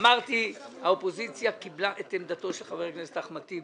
מתברר שהכנסת היא הכי מקצועית